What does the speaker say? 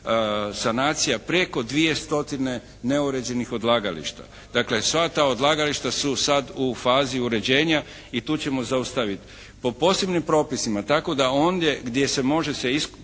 sanacija prijeko 200 neuređenih odlagališta. Dakle sva ta odlagališta su sada u fazi uređenja i tu ćemo zaustavit po posebnim propisima tako da ondje gdje se može koristiti